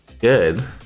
good